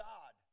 God